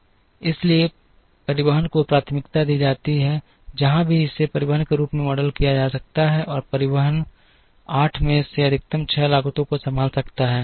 इसलिए परिवहन को प्राथमिकता दी जाती है जहां भी इसे परिवहन के रूप में मॉडल किया जा सकता है और परिवहन 8 में से अधिकतम 6 लागतों को संभाल सकता है